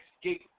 escape